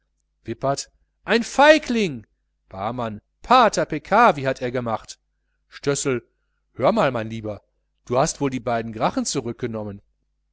wippert ein feigling barmann pater peccavi hat er gemacht stössel höre mal mein lieber du hast wohl die beiden gracchen zurückgenommen